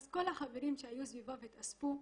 אז כל החברים שהיו סביבו והתאספו,